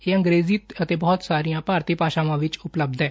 ਇਹ ਅੰਗਰੇਜ਼ੀ ਅਤੇ ਬਹੁਤ ਸਾਰੀਆਂ ਭਾਰਤੀ ਭਾਸ਼ਾਵਾਂ ਵਿਚ ਉਪਲੱਬਧ ਏ